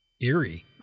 eerie